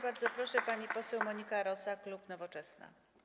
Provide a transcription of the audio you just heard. Bardzo proszę, pani poseł Monika Rosa, klub Nowoczesna.